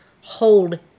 hold